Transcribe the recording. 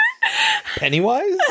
Pennywise